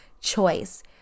choice